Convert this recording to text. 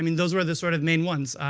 i mean those were the sort of main ones.